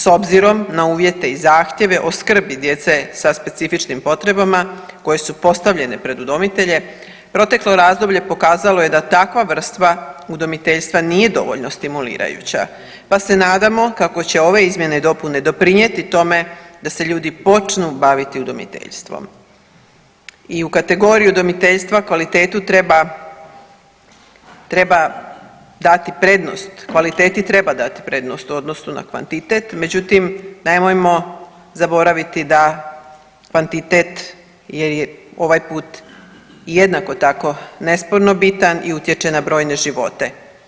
S obzirom na uvjete i zahtjeve o skrbi djece sa specifičnim potrebama koje su postavljene pred udomitelje proteklo razdoblje pokazalo je da takva vrsta udomiteljstva nije dovoljno stimulirajuća, pa se nadamo kako će ove izmjene i dopune pridonijeti tome da se ljudi počnu baviti udomiteljstvom i u kategoriju udomiteljstva kvalitetu treba, treba dati prednost, kvaliteti treba dati prednost u odnosu na kvantitet, međutim nemojmo zaboraviti da kvantitet je ovaj put jednako tako nesporno bitan i utječe na brojne živote.